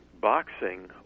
boxing